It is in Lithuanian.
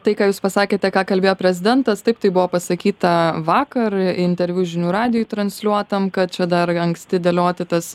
tai ką jūs pasakėte ką kalbėjo prezidentas taip tai buvo pasakyta vakar interviu žinių radijo transliuotam kad čia dar anksti dėlioti tas